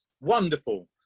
wonderful